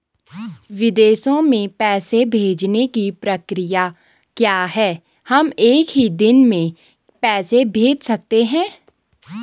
विदेशों में पैसे भेजने की प्रक्रिया क्या है हम एक ही दिन में पैसे भेज सकते हैं?